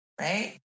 right